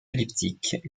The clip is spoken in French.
elliptiques